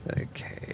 Okay